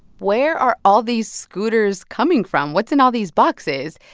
where are all these scooters coming from? what's in all these boxes?